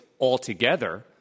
altogether